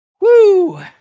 Woo